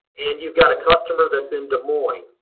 and you've got a customer that's in des moines,